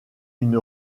une